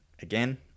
again